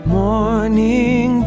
morning